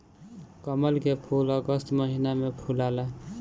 कमल के फूल अगस्त महिना में फुलाला